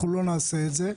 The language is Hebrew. לא נעשה את זה.